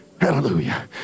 Hallelujah